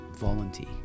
volunteer